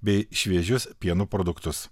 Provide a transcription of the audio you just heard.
bei šviežius pieno produktus